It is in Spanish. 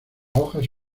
hojas